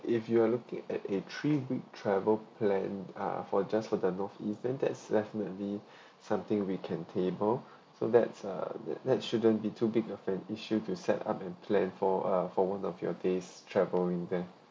if you are looking at a three week travel plan ah for just for the north eastern that's definitely something we can table so that's uh that that shouldn't be too big of an issue to set up and plan for uh for one of your days traveling there